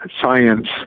science